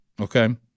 Okay